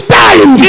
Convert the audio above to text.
time